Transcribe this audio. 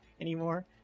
anymore